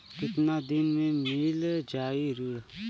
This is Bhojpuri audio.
कितना दिन में मील जाई ऋण?